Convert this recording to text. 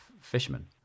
fishermen